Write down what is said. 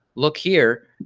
look here,